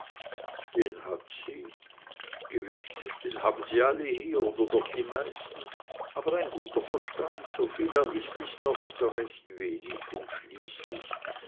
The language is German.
den hat sie gewiß den haben sie alle hier oder doch die meisten aber ein guter verstand soviel er ist ist auch wieder recht wenig und schließlich